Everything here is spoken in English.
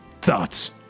thoughts